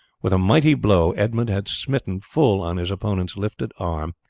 with a mighty blow edmund had smitten full on his opponent's uplifted arm,